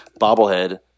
bobblehead